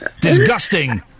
Disgusting